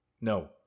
No